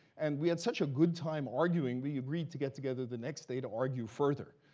and we had such a good time arguing, we agreed to get together the next day to argue further.